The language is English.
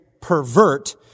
pervert